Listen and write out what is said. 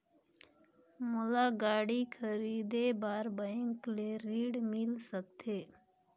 मोला गाड़ी खरीदे बार बैंक ले ऋण मिल सकथे?